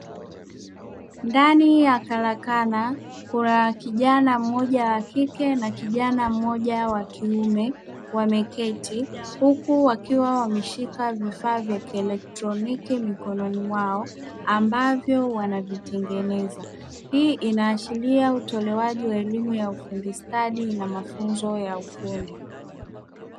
Ndani ya karakana kuna kijana mmoja wa kike na kijana mmoja wa kiume, wameketi huku wakiwa wameshika vifaa vya kielektroniki mikononi mwao ambavyo wanavitengeneza, hii inaashiria utolewaji wa elimu ya ufundi stadi na mafunzo ya ufundi.